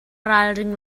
ralring